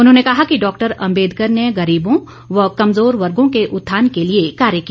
उन्होंने कहा कि डॉक्टर अम्बेदकर ने गरीबों व कमजोर वर्गों के उत्थान के लिए कार्य किया